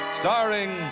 starring